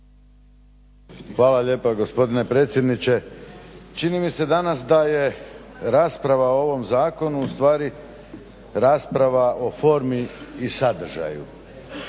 Hvala lijepa gospodine predsjedniče. Čini mi se danas da je rasprava o ovom zakonu ustvari rasprava o formi i sadržaju.